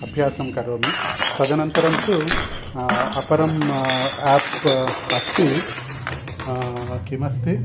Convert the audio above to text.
अभ्यासं करोमि तदनन्तरं तु अपरम् आप्प् अस्ति किमस्ति